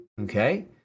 Okay